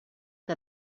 que